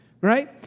right